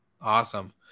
Awesome